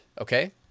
okay